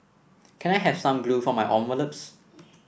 can I have some glue for my envelopes